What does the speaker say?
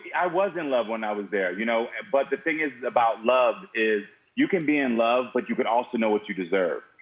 i was in love when i was there you know? ah but the thing is about love is you can be in love but you can also know what you deserve.